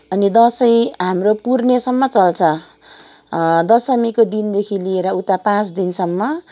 अनि दसैँ हाम्रो पुर्नियाँसम्म चल्छ दसमीको दिनदेखि लिएर उता पाँच दिनसम्म